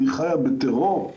חיה בטרור.